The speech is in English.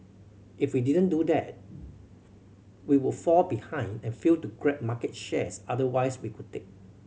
if we didn't do that we would fall behind and fail to grab market share otherwise we could take